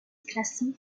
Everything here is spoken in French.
classements